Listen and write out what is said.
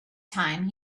time